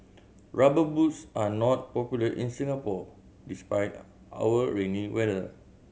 Rubber Boots are not popular in Singapore despite our rainy weather